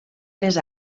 tres